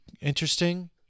interesting